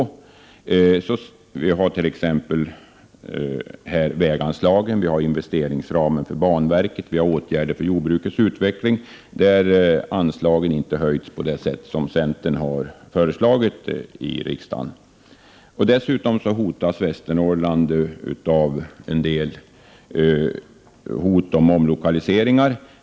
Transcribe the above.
Det gäller t.ex. väganslagen, investeringsramen för banverket och åtgärder för jordbrukets utveckling. Anslagen på dessa områden har inte höjts på det sätt som centern har föreslagit i riksdagen. Dessutom hotas Västernorrland av en del omlokaliseringar.